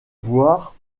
voir